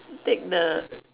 take the